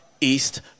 east